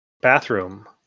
bathroom